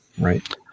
Right